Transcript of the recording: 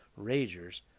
ragers